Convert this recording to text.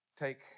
Take